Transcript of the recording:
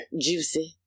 Juicy